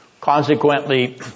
Consequently